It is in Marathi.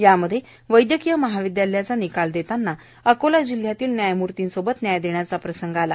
यामध्ये वैद्यकीय महाविद्यालयाचा निकाल देताना अकोला जिल्ह्यातील न्यायमूर्तीसोबत न्याय देण्याचा प्रसंग आला